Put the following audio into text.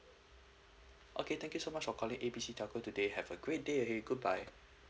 okay thank you so much for calling A B C telco today have a great day ahead goodbye